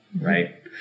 right